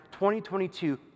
2022